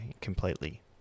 completely